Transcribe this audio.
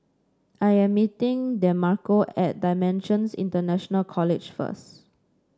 I am meeting Demarco at Dimensions International College first